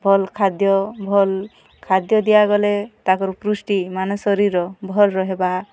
ଭଲ୍ ଖାଦ୍ୟ ଭଲ୍ ଖାଦ୍ୟ ଦିଆ ଗଲେ ତାକର୍ ପୃଷ୍ଟି ମାନେ ଶରୀର୍ ଭଲ୍ ରହେବା